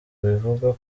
bivugwa